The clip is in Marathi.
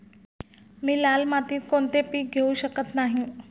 मी लाल मातीत कोणते पीक घेवू शकत नाही?